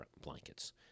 blankets